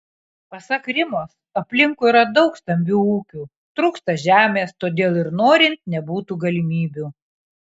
pasak rimos aplinkui yra daug stambių ūkių trūksta žemės todėl ir norint nebūtų galimybių